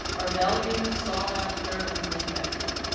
are valued, sought-after, and respected.